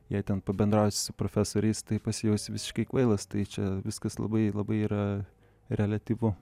jei ten pabendrausi su profesoriais tai pasijausi visiškai kvailas tai čia viskas labai labai yra reliatyvu